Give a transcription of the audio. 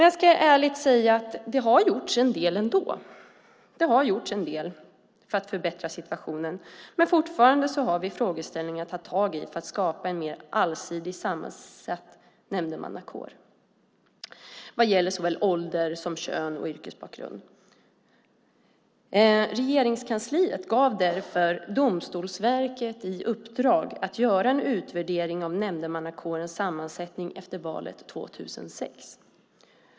Jag ska ärligt säga att det ändå har gjorts en del för att förbättra situationen, men fortfarande har vi frågeställningar att ta tag i för att skapa en mer allsidigt sammansatt nämndemannakår vad gäller såväl ålder som kön och yrkesbakgrund. Regeringskansliet gav därför Domstolsverket i uppdrag att göra en utvärdering av nämndemannakårens sammansättning efter valet 2006.